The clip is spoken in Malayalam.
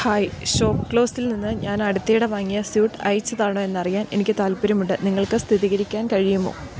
ഹായ് ഷോപ്പ് ക്ലൂസിൽ നിന്ന് ഞാൻ അടുത്തിടെ വാങ്ങിയ സ്യൂട്ട് അയച്ചതാണോ എന്നറിയാൻ എനിക്ക് താൽപ്പര്യമുണ്ട് നിങ്ങൾക്ക് സ്ഥിരീകരിക്കാൻ കഴിയുമോ